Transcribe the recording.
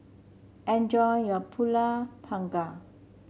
enjoy your pulut panggang